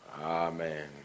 Amen